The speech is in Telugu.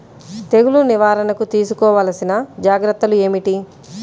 తెగులు నివారణకు తీసుకోవలసిన జాగ్రత్తలు ఏమిటీ?